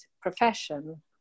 profession